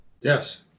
Yes